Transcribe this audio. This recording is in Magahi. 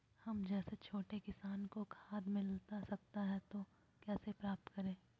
हम जैसे छोटे किसान को खाद मिलता सकता है तो कैसे प्राप्त करें?